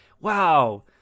wow